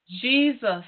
Jesus